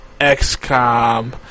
XCOM